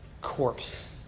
corpse